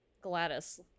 Gladys